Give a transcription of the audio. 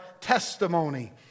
testimony